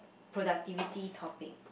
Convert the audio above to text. productivity topic